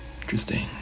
interesting